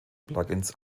plugins